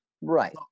Right